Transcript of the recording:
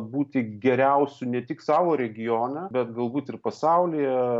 būti geriausiu ne tik savo regione bet galbūt ir pasaulyje